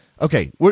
Okay